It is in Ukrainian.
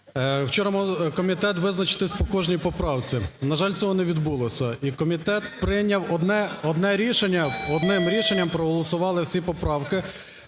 Вчора комітет мав визначитись по кожній поправці. На жаль, цього не відбулося. І комітет прийняв одне рішення, одним рішенням проголосували всі поправки